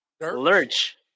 Lurch